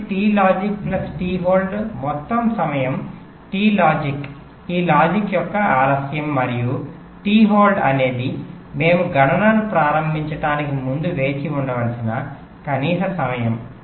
కాబట్టి T logic plus T hold మొత్తం సమయం టి లాజిక్ ఈ లాజిక్ యొక్క ఆలస్యం మరియు టి హోల్డ్ అనేది మనము గణనను ప్రారంభించడానికి ముందు వేచి ఉండవలసిన కనీస సమయం